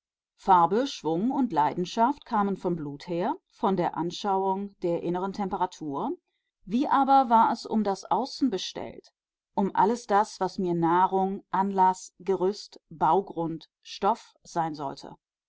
farbe schwung und leidenschaft kamen vom blut her von der anschauung der inneren temperatur wie aber war es um das außen bestellt um alles das was mir nahrung anlaß gerüst baugrund stoff sein sollte